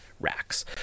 racks